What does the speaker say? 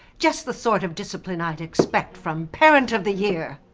just the sort of discipline i'd expect from parent of the year.